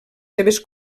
seves